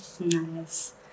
Nice